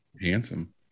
Handsome